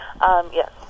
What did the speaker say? Yes